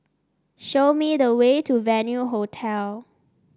show me the way to Venue Hotel